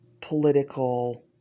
political